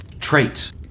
Trait